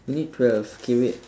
we need twelve okay wait